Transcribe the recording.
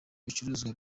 bicuruzwa